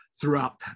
throughout